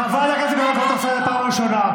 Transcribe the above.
חברת הכנסת גולן, אני קורא אותך לסדר פעם ראשונה.